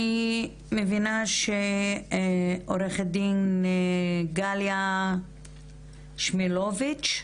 אני מבינה שעורכת הדין גליה שמילוביץ',